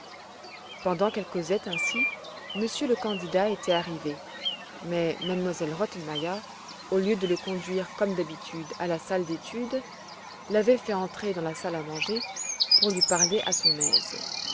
pendant qu'elles causaient ainsi monsieur le candidat était arrivé mais m elle rottenmeier au lieu de le conduire comme d'habitude à la salle d'études l'avait fait entrer dans la salle à manger pour lui parler à son aise